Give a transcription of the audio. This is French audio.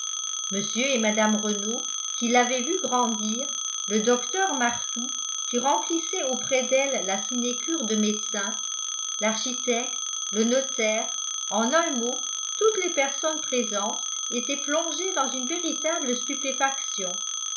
mr et mme renault qui l'avaient vue grandir le docteur martout qui remplissait auprès d'elle la sinécure de médecin l'architecte le notaire en un mot toutes les personnes présentes étaient plongées dans une véritable stupéfaction